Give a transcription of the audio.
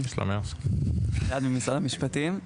אלעד ממשרד המשפטים.